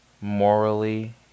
morally